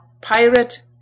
pirate